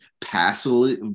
passively